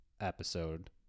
episode